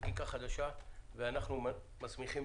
חקיקה חדשה ואנחנו מסמיכים,